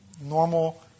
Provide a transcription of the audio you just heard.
normal